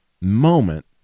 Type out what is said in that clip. moment